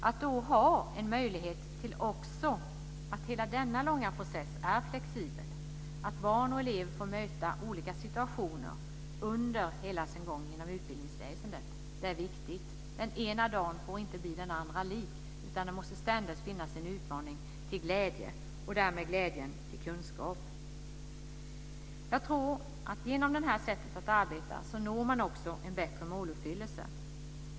Att då ha en möjlighet för hela denna långa process att vara flexibel, att barn och elever får möta olika situationer under hela sin gång genom utbildningsväsendet, är viktigt. Den ena dagen får inte bli den andra lik. Det måste ständigt finnas en utmaning till glädje och därmed glädje till kunskap. Genom det här sättet att arbeta tror jag att man också når en bättre måluppfyllelse.